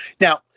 Now